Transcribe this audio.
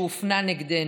שהופנה נגדנו.